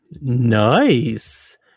Nice